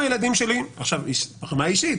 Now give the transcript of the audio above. ברמה האישית,